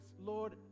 lord